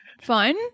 Fun